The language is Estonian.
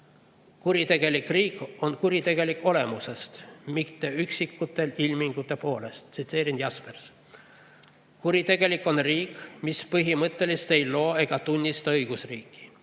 Kuritegelik riik on kuritegelik olemuselt, mitte üksikute ilmingute poolest. Tsiteerin Jaspersit. Kuritegelik on riik, mis põhimõtteliselt ei loo ega tunnista õigusriiki.